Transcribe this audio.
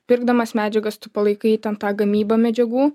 pirkdamas medžiagas tu palaikai ten tą gamybą medžiagų